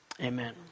Amen